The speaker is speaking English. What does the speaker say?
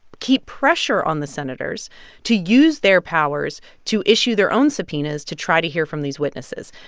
keep pressure on the senators to use their powers to issue their own subpoenas to try to hear from these witnesses.